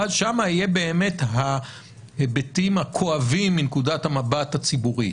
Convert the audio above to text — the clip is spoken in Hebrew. ואז שם יהיו באמת ההיבטים הכואבים מנקודת המבט הציבורית,